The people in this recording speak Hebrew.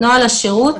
נוהל השירות.